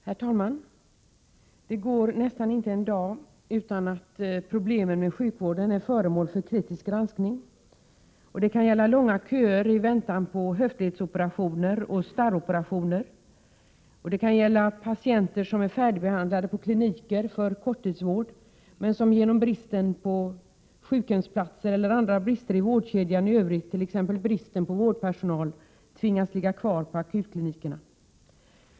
Herr talman! Det går nästan inte en dag utan att problemen med sjukvården är föremål för kritisk granskning. Det kan gälla långa köer i väntan på höftledsoperationer och starroperationer, och det kan gälla patienter som är färdigbehandlade på kliniker för korttidsvård men som genom bristen på sjukhemsplatser eller andra brister i vårdkedjan i övrigt, t.ex. bristen på vårdpersonal, tvingas ligga kvar på akutklinikerna.